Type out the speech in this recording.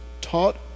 taught